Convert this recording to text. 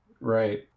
Right